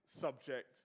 subject